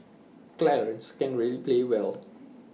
Clarence can play really well